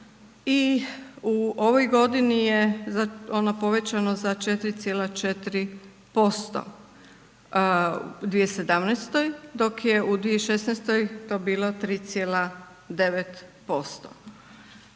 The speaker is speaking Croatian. I u ovoj godini je ono povećano za 4,4% u 2017.-oj, dok je u 2016.-toj to bilo 3,9%.